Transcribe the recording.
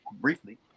briefly